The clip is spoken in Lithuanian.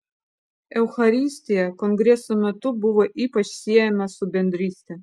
eucharistija kongreso metu buvo ypač siejama su bendryste